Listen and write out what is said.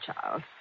Child